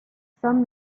some